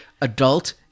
adult